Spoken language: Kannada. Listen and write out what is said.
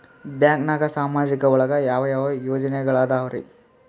ಬ್ಯಾಂಕ್ನಾಗ ಸಾಮಾಜಿಕ ಒಳಗ ಯಾವ ಯಾವ ಯೋಜನೆಗಳಿದ್ದಾವ್ರಿ?